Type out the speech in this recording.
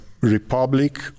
republic